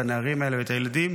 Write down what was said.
את הנערים האלה ואת הילדים,